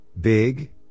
big